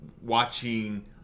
watching